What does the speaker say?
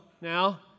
now